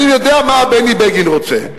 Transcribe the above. אני יודע מה בני בגין רוצה.